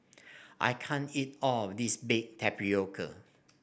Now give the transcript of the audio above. I can't eat all of this Baked Tapioca